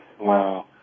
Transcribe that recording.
Wow